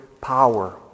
power